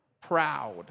proud